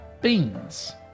beans